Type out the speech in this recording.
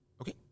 Okay